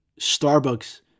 Starbucks